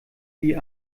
wie